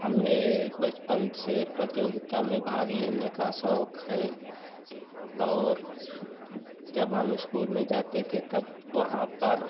हमें बचपन में प्रतियोगिता में भाग लेने का शौक है और जब हम स्कूल में जाते थे तब वहाँ पर